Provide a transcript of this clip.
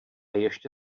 ještě